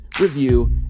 review